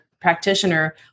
practitioner